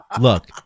Look